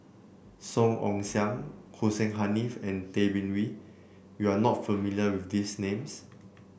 Song Ong Siang Hussein Haniff and Tay Bin Wee you are not familiar with these names